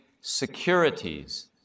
securities